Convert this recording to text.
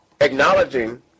acknowledging